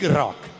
rock